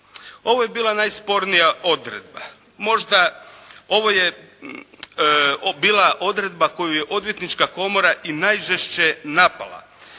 Ovo je bila najspornija odredba. Možda ovo je bila odredba koju je Odvjetnička komora i najžešće napala.